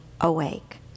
awake